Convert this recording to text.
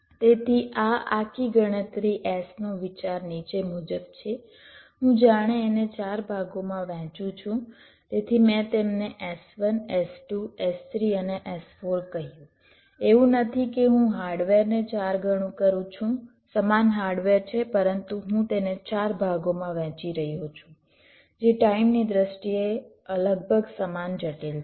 તેથી આ આખી ગણતરી S નો વિચાર નીચે મુજબ છે હું જાણે એને ચાર ભાગોમાં વહેંચું છું તેથી મેં તેમને S1 S2 S3 અને S4 કહ્યું એવું નથી કે હું હાર્ડવેર ને ચાર ગણુ કરું છું સમાન હાર્ડવેર છે પરંતુ હું તેને ચાર ભાગોમાં વહેંચી રહ્યો છું જે ટાઇમ ની દ્રષ્ટિએ લગભગ સમાન જટિલ છે